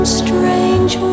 strange